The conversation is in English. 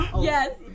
Yes